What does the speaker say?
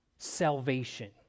salvation